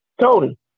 Tony